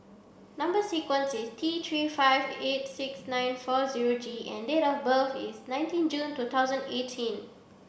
number sequence is T three five eight six nine four zero G and date of birth is nineteen June two thousand eighteen